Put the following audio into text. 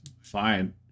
fine